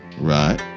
Right